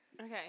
Okay